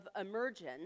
emergence